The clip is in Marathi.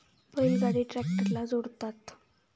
बैल गाडी ट्रॅक्टरला जोडतात